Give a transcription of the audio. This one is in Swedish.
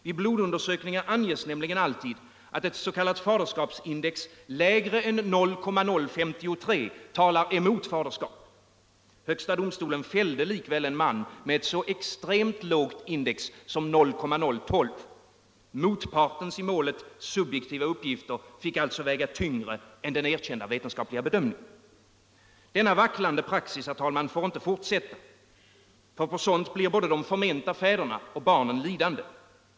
Vid blodundersökningar anges alltid att ett s.k. faderskapsindex lägre än 0,053 talar mot faderskap. Högsta domstolen fällde likväl en man med ett så extremt lågt index som 0,012. Motpartens subjektiva uppgifter fick alltså väga tyngre än den erkända vetenskapliga bedömningen. | Denna vacklande praxis får inte fortsätta — både de förmenta fäderna och barnen blir lidande därav.